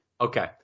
Okay